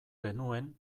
genuen